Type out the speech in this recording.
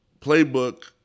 playbook